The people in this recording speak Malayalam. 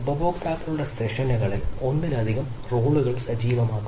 ഉപയോക്താക്കളുടെ സെഷനുകളിൽ ഒന്നിലധികം റോളുകൾ സജീവമാക്കുന്നു